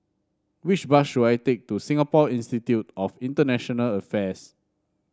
which bus should I take to Singapore Institute of International Affairs